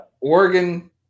Oregon